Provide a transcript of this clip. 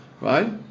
right